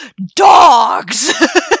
Dogs